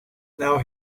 now